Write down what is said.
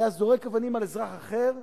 היה זורק אבנים על אזרח אחר,